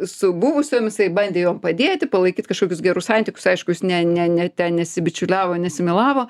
su buvusiomis bandė jom padėti palaikyt kažkokius gerus santykius aiškus jis ne ne ne ten nesibičiuliavo nesimylavo